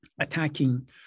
attacking